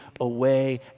away